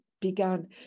began